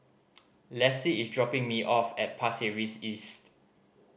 Lassie is dropping me off at Pasir Ris East